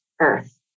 earth